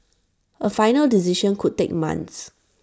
A final decision could take months